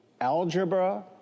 algebra